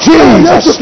Jesus